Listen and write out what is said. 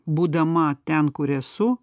būdama ten kur esu